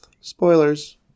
Spoilers